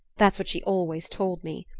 that's what she always told me.